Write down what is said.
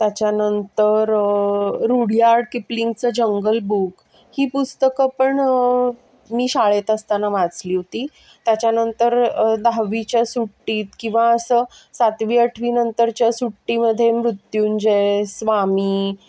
त्याच्यानंतर रुडयार्ड किपलिंगचं Jungle Book ही पुस्तकं पण मी शाळेत असताना वाचली होती त्याच्यानंतर दहावीच्या सुट्टीत किंवा असं सातवी आठवी नंतरच्या सुट्टीमध्ये मृत्युंजय स्वामी